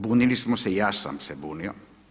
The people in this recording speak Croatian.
Bunili smo se i ja sam se bunio.